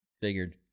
Figured